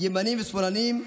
ימנים ושמאלנים,